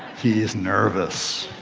he is nervous.